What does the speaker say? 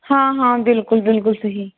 ہاں ہاں بِلکُل بِلکُل صحیح